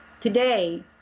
Today